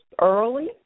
early